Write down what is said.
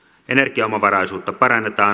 energiaomavaraisuutta parannetaan